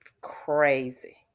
crazy